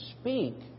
speak